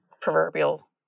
proverbial